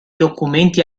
documenti